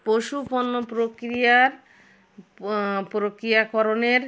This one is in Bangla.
পশুপণ্য প্রক্রিয়ার প্রক্রিয়াকরণের